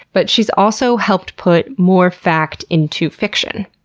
but she's also helped put more fact into fiction.